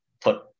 put